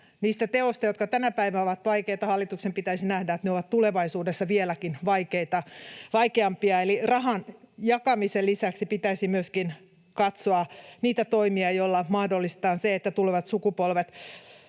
niistä teoista, jotka tänä päivänä ovat vaikeita. Hallituksen pitäisi nähdä, että ne ovat tulevaisuudessa vieläkin vaikeampia, eli rahan jakamisen lisäksi pitäisi myöskin katsoa niitä toimia, joilla mahdollistetaan se, että tulevat sukupolvet,